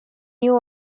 new